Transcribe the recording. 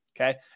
okay